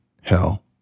hell